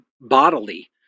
bodily